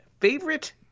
Favorite